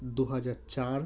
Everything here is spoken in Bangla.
দুহাজার চার